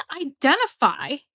identify